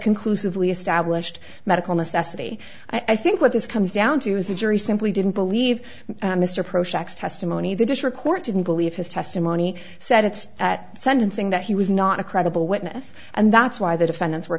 conclusively established medical necessity i think what this comes down to is the jury simply didn't believe mr prosek testimony the district court didn't believe his testimony said it's at sentencing that he was not a credible witness and that's why the defendants were